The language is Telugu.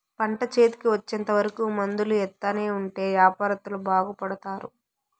పంట చేతికి వచ్చేంత వరకు మందులు ఎత్తానే ఉంటే యాపారత్తులు బాగుపడుతారు